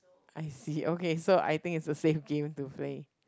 I see okay so I think is the same game to play